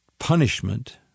punishment